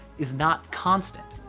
is not constant.